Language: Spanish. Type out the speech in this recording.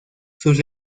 sus